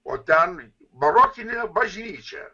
o ten barokinė bažnyčia